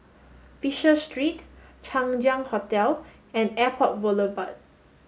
Fisher Street Chang Ziang Hotel and Airport Boulevard